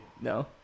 No